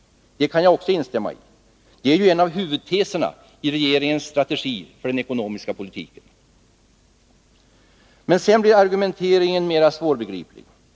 Det kan jag också instämma. Det är ju en av huvudteserna i regeringens strategi för den ekonomiska politiken. Men sedan blir argumenteringen mer svårbegriplig.